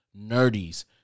Nerdies